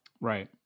right